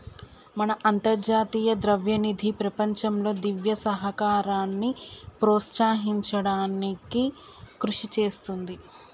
మన అంతర్జాతీయ ద్రవ్యనిధి ప్రపంచంలో దివ్య సహకారాన్ని ప్రోత్సహించడానికి కృషి చేస్తుంది